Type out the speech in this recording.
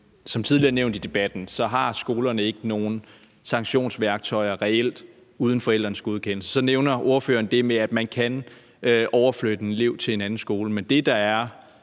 Som tidligere nævnt i debatten, har skolerne reelt ikke nogen sanktionsværktøjer uden forældrenes godkendelse. Ordføreren nævner så det med, at man kan overføre en elev til en anden skole,